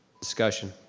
discussion?